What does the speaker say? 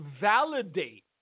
validate